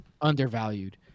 undervalued